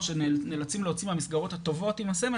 שנאלצים להוציא מהמסגרות הטובות עם הסמל,